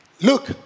Look